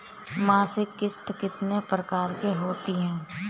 मासिक किश्त कितने प्रकार की होती है?